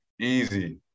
Easy